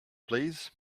please